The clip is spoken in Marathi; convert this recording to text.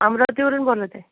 अमरावतीवरून बोलत आहे